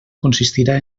consistirà